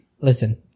listen